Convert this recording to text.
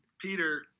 Peter